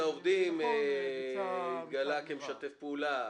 אחד העובדים התגלה כמשתף פעולה.